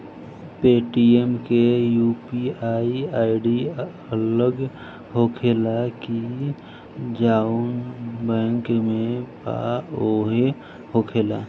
Paytm UPI ID आई.डी अलग होखेला की जाऊन बैंक के बा उहे होखेला?